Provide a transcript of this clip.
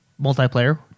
multiplayer